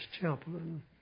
chaplain